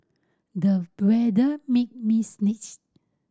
the weather made me sneeze